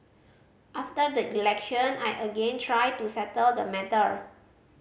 after the election I again tried to settle the matter